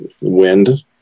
Wind